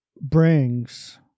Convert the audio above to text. brings